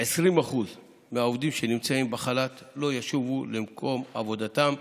20% מהעובדים שנמצאים בחל"ת לא ישובו למקום עבודתם.